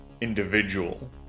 individual